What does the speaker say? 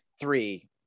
three